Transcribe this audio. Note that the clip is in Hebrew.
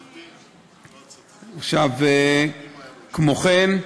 עכשיו, כמו כן,